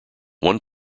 one